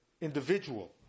Individual